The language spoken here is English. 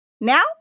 Now